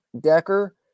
Decker